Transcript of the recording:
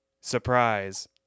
surprise